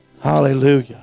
Hallelujah